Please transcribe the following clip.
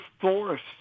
forced